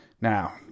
Now